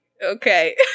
Okay